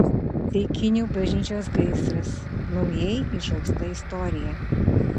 ceikinių bažnyčios gaisras naujai išausta istorija